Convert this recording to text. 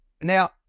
Now